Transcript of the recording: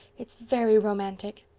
it's very romantic.